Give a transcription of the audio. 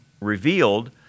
revealed